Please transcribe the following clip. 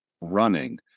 running